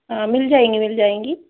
अच्छा मिल जाएँगी मिल जाएँगी